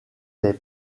t’es